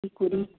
কী করি